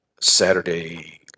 Saturday